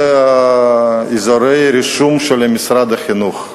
זה אזורי הרישום של משרד החינוך.